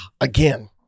Again